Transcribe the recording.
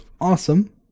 awesome